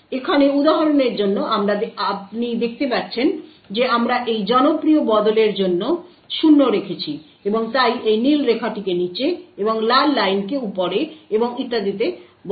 সুতরাং এখানে উদাহরণের জন্য আপনি দেখতে পাচ্ছেন যে আমরা এই জনপ্রিয় বদলের জন্য 0 রেখেছি এবং তাই এটি নীল রেখাটিকে নীচে এবং লাল লাইনকে উপরে এবং ইত্যাদিতে বদল করে